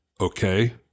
okay